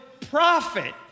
profit